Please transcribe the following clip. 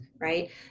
right